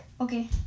Okay